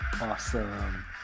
Awesome